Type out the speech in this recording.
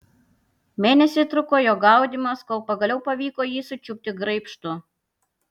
mėnesį truko jo gaudymas kol pagaliau pavyko jį sučiupti graibštu